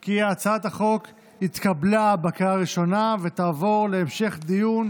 כי הצעת החוק התקבלה בקריאה הראשונה ותעבור להמשך דיון,